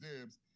dibs